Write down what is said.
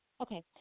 Okay